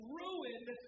ruined